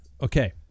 Okay